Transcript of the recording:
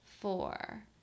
four